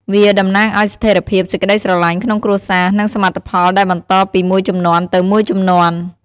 វាតំណាងឱ្យស្ថេរភាព សេចក្ដីស្រឡាញ់ក្នុងគ្រួសារ និងសមិទ្ធផលដែលបន្តពីមួយជំនាន់ទៅមួយជំនាន់។